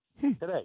today